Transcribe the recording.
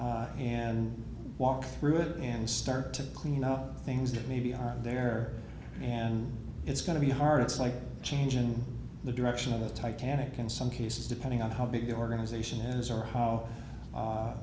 and walk through it and start to clean out things that maybe aren't there and it's going to be hard it's like changing the direction of the titanic in some cases depending on how big the organization is or how